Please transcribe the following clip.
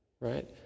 right